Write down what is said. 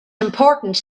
important